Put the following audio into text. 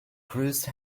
cruised